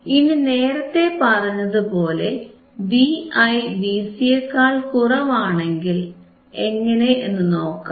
ഇനി നേരത്തേ പറഞ്ഞതുപോലെ Vi Vc യേക്കാൾ കുറവാണെങ്കിൽ എങ്ങനെ എന്നുനോക്കാം